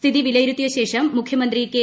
സ്ഥിതി വിലയിരുത്തിയ ശേഷം മുഖ്യമന്ത്രി കെ